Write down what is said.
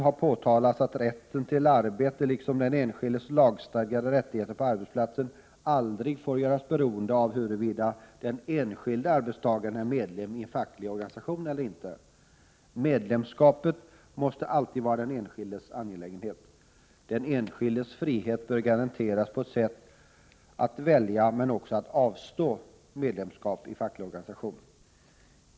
Där påtalas att rätten till arbete liksom den enskildes lagstadgade rättigheter på arbetsplatsen aldrig får göras beroende av huruvida den enskilde arbetstagaren är medlem i en facklig organisation eller inte. Medlemskapet måste alltid vara den enskildes angelägenhet. Den enskildes frihet att välja men också att avstå medlemskap i facklig organisation bör garanteras.